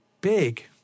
big